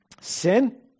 Sin